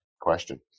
question